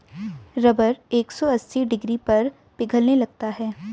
rubber एक सौ अस्सी डिग्री पर पिघलने लगता है